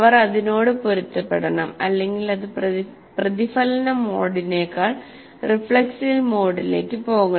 അവർ അതിനോട് പൊരുത്തപ്പെടണം അല്ലെങ്കിൽ അത് പ്രതിഫലന മോഡിനേക്കാൾ റിഫ്ലെക്സിവ് മോഡിലേക്ക് പോകണം